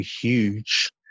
huge